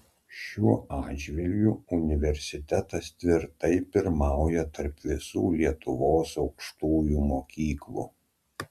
šiuo atžvilgiu universitetas tvirtai pirmauja tarp visų lietuvos aukštųjų mokyklų